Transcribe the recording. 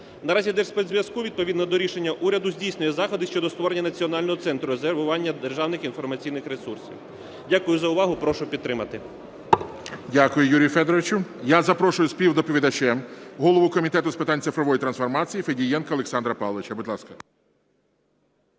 Наразі Держспецзв'язку відповідно до рішення уряду здійснює заходи щодо створення національного центру з резервування державних інформаційних ресурсів. Дякую за увагу. Прошу підтримати. ГОЛОВУЮЧИЙ. Дякую, Юрію Федоровичу. Я запрошую співдоповідачем голову Комітету з питань цифрової трансформації Федієнка Олександра Павловича.